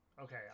okay